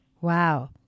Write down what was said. Wow